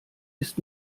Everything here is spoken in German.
ist